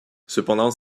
cependant